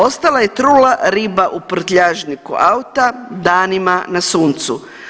Ostala je trula riba u prtljažniku auta danima na suncu.